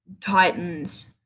Titans